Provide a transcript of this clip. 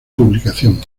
publicación